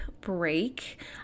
break